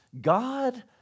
God